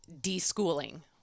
de-schooling